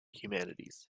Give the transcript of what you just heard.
humanities